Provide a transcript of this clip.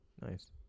Nice